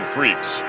Freaks